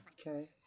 Okay